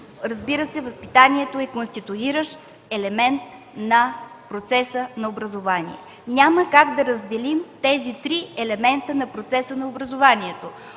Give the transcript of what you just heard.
Разбира се, възпитанието е конституиращ елемент на процеса на образование. Няма как да разделим три елемента на процеса на образованието.